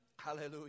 Hallelujah